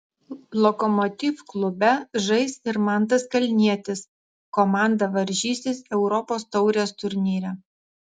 lokomotiv klube žais ir mantas kalnietis komanda varžysis europos taurės turnyre